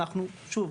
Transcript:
שוב,